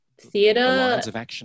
Theatre